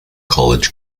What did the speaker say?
college